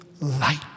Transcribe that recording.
light